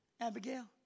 Abigail